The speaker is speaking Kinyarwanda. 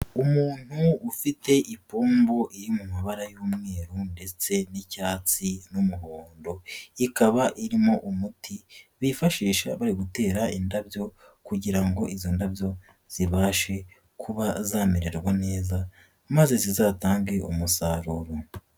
Umuntu ufite ipombo iri mu mabara y'umweru ndetse n'icyatsi n'umuhondo, ikaba irimo umuti bifashisha bari gutera indabyo kugira ngo izo ndabyo zibashe kuba zamererwa neza, maze zizatange umusaruro.